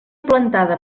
plantada